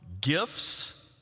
gifts